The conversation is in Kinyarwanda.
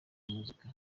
muzika